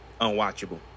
unwatchable